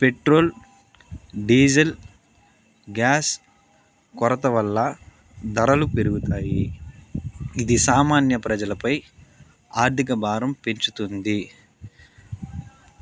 petrol diesel gas కొరత వల్ల ధరలు పెరుగుతాయి ఇది సామాన్య ప్రజలపై ఆర్థిక భారం పెంచుతుంది